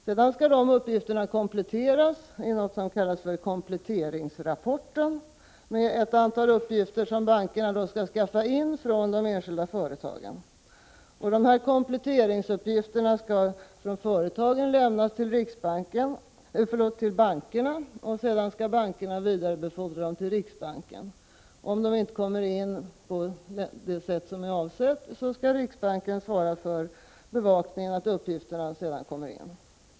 Dessa uppgifter skall sedan kompletteras — i den s.k. kompletteringsrapporten — med ett antal uppgifter som bankerna skall skaffa in från de enskilda företagen. Kompletteringsuppgifterna skall från företagen lämnas till bankerna, och sedan skall bankerna vidarebefordra dem till riksbanken. Riksbanken skall sedan bevaka att uppgifterna kommer in på avsett vis.